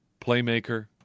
playmaker